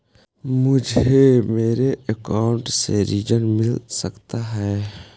मुझे मेरे अकाउंट से ऋण मिल सकता है?